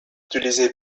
utilisé